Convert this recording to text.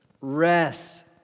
Rest